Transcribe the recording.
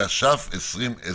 התש"ף 2020